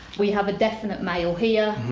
we have a definite male here.